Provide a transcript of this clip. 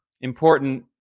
important